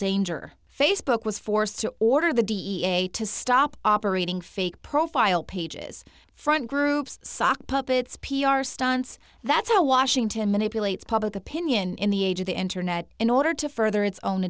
danger facebook was forced to order the da to stop operating fake profile pages front groups sock puppets p r stunts that's how washington manipulates public opinion in the age of the internet in order to further its own